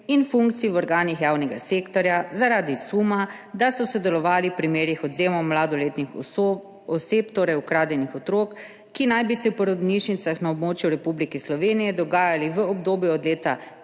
in funkcij v organih javnega sektorja zaradi suma, da so sodelovali v primerih odvzemov mladoletnih oseb (ukradenih otrok), ki naj bi se v porodnišnicah na območju Republike Slovenije dogajali v obdobju od leta